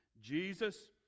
Jesus